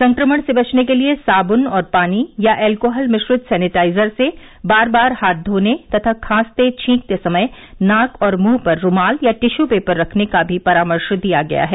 संक्रमण से बचने के लिए साबुन और पानी या एल्कोहल मिश्रित सैनिटाइजर से बार बार हाथ धोने तथा खांसते छींकते समय नाक और मुंह पर रुमाल या टिशू पेपर रखने का भी परामर्श दिया गया है